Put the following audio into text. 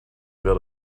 that